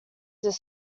this